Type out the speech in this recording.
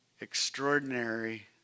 extraordinary